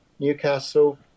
Newcastle